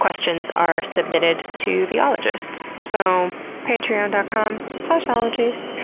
questions are submitted to the ologists. so, patreon dot com slash ologies.